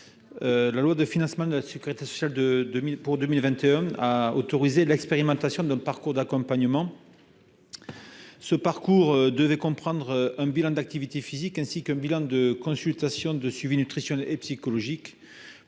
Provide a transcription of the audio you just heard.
la loi de financement de sécurité sociale de 2000 pour 2021 a autorisé l'expérimentation d'un parcours d'accompagnement, ce parcours devait comprendre un bilan d'activité physique, ainsi qu'un bilan de consultation de suivi nutritionnel et psychologique